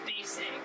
Basic